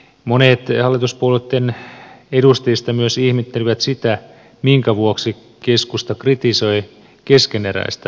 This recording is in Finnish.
monet hallituspuolueitten edustajista myös ihmettelivät sitä minkä vuoksi keskusta kritisoi keskeneräistä kuntauudistusta